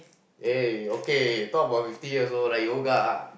eh okay talk about fifty years old like yoga